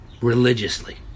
religiously